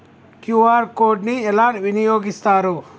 QR code ని ఎలా వినియోగిస్తారు?